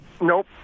nope